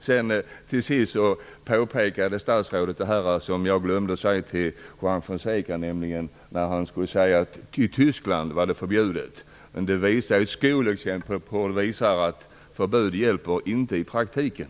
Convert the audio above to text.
Statsrådet påpekade för Juan Fonseca det som jag glömde att säga, nämligen att förbudet mot uniformer i Tyskland är ett skolexempel på att förbud inte hjälper i praktiken.